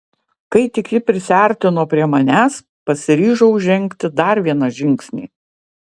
kai tik ji prisiartino prie manęs pasiryžau žengti dar vieną žingsnį